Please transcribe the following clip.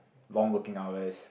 long working hours